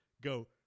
go